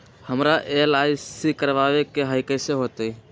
हमरा एल.आई.सी करवावे के हई कैसे होतई?